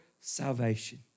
salvation